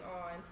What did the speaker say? on